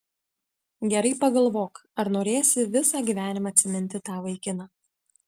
gerai pagalvok ar norėsi visą gyvenimą atsiminti tą vaikiną